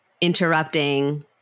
interrupting